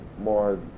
more